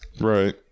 Right